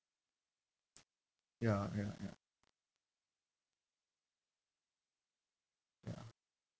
ya ya ya ya